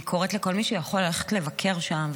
אני קוראת לכל מי שיכול ללכת לבקר שם,